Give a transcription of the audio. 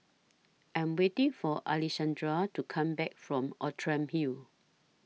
I'm waiting For Alexandrea to Come Back from Outram Hill